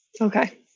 Okay